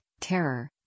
terror